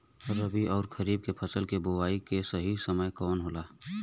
रबी अउर खरीफ के फसल के बोआई के सही समय कवन होला?